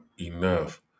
enough